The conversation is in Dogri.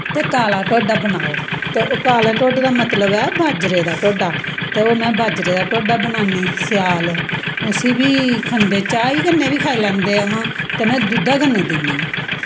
ते काला ढोडा बनाओ ते कालै ढोडे दा मतलव ऐ बाजरे दा ढोडा ते ओह् में बाजरे दा ढोडा बनानी स्याल उसी बी खंदे चाही कन्नै बी खंदे न ते में दुध्दा कन्नै दिन्नी